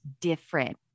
different